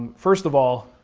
first of all,